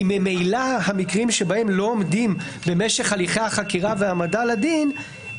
כי ממילא המקרים שבהם לא עומדים במשך הליכי החקירה והעמדה לדין,